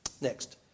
Next